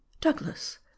Douglas